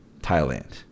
Thailand